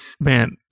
man